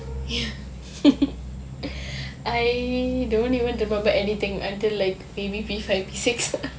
I don't even remember anything until like maybe P five P six